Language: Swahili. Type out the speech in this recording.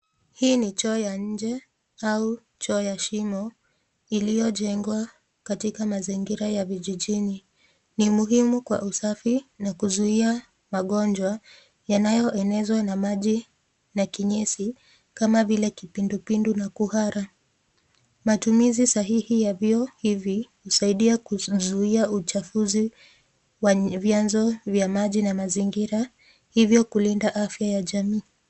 Hii ni choo ya nje au choo ya shimo iliyojengwa katika mazingira ya vijijini. Ni muhimu kwa usafi na kuzuia magonjwa yanayoenezwa na maji na kinyesi kama vile kipindupindu na kuhara. Matumizi sahihi ya vyoo hivi husaidia kuzuia uchafuzi wa vyanzo vya maji na mazingira, hivyo kulinda afya ya jamii.